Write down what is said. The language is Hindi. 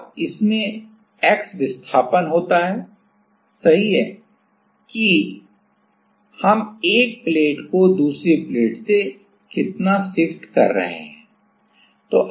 अब इसमें x विस्थापन होता है सही है कि हम एक प्लेट को दूसरी प्लेट से कितना शिफ्ट कर रहे हैं